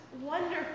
Wonderful